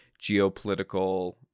geopolitical